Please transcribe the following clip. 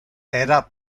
era